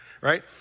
right